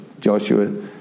Joshua